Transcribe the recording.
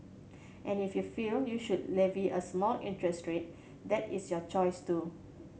and if you feel you should levy a small interest rate that is your choice too